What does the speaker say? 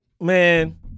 man